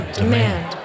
demand